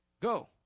Go